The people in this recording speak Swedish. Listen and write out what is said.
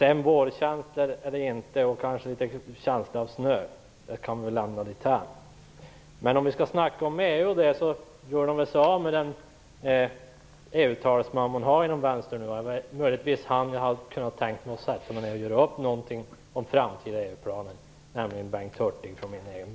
Om det var fråga om vårkänslor eller om känslor av snö kan vi väl lämna därhän. Men vi kan ju snacka om EU. Vänstern gör sig ju nu av med den EU talesman man har, nämligen Bengt Hurtig från min egen länsbänk; honom hade jag möjligtvis kunnat sätta mig ned med för att göra upp om framtida EU planer.